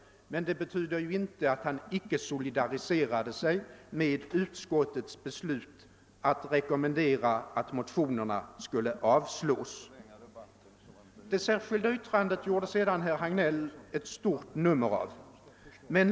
Det betydde inte att han inte solidariserade sig med utskottets beslut att rekommendera avslag på motionsyrkandet. Herr Hagnell gjorde vidare ett stort nummer av det särskilda yttrandet.